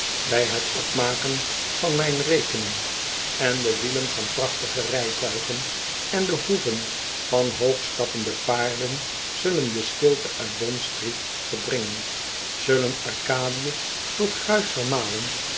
handel drijft maken van mijn rekening en de wielen van prachtige rijtuigen en de hoeven van hoogstappende paarden zullen de stilte uit bondstreet verdringen zullen arcadië tot gruis